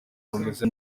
bumeze